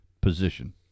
position